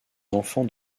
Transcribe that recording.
enfants